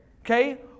okay